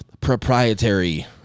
proprietary